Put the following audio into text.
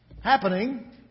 happening